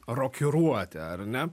rokiruotę ar ne